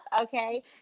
okay